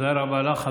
תודה רבה לך.